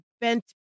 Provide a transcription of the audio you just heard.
bent